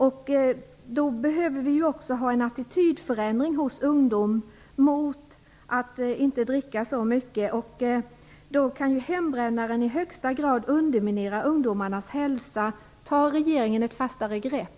Vi behöver få en attitydförändring hos ungdomen så att man inte dricker så mycket. Hembrännaren kan i högsta grad underminera ungdomarnas hälsa. Tar regeringen ett fastare grepp?